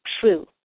true